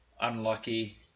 Unlucky